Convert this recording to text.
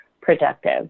productive